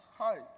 Hi